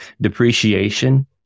depreciation